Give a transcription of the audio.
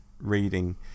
reading